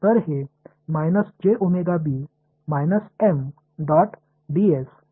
எனவே அது எளிமைப்படுத்த சிறப்பு வழி இல்லை அது எப்படி இருக்கிறதோ அப்படியே இருக்கும்